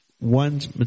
one's